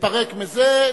נתפרק מזה,